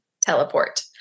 teleport